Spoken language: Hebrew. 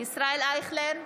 ישראל אייכלר,